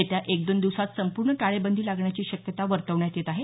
येत्या एक दोन दिवसात संपूर्ण टाळेबंदी लागण्याची शक्यता वर्तवण्यात येत आहे